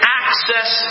access